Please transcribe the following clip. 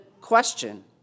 question